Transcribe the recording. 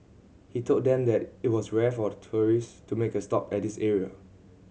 he told them that it was rare for tourist to make a stop at this area